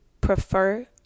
prefer